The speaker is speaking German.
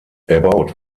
erbaut